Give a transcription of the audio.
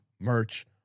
merch